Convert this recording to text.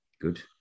Good